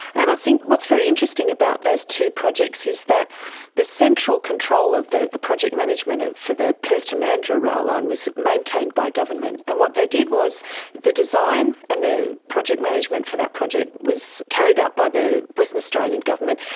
and i think what's very interesting about those two projects is that the central control of the the project management for the perth to mandurah rail line was maintained by government, and what they did was the design and the project management for that project was carried out by the western and australian government.